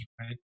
right